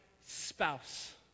spouse